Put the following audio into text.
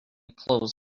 clothes